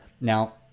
Now